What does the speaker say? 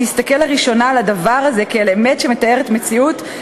שיסתכל לראשונה על הדבר הזה כעל אמת שמתארת מציאות,